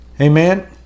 Amen